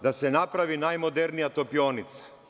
Da se napravi najmodernija topionica.